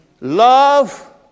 love